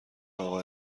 اقا